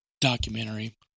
documentary